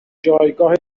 جایگاه